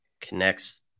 connects